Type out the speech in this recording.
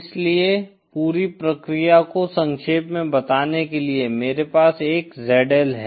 इसलिए पूरी प्रक्रिया को संक्षेप में बताने के लिए मेरे पास एक ZL है